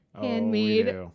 handmade